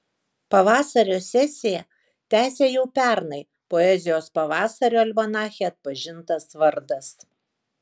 pavasario sesiją tęsia jau pernai poezijos pavasario almanache atpažintas vardas